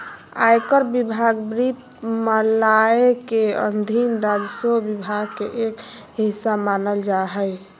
आयकर विभाग वित्त मंत्रालय के अधीन राजस्व विभाग के एक हिस्सा मानल जा हय